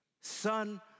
Son